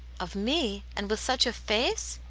of me! and with such a face?